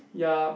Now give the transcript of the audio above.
ya